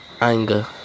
anger